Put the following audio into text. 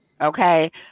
Okay